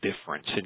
difference